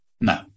No